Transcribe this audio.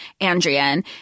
Andrian